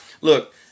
look